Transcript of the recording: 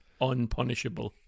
unpunishable